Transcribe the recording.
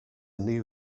new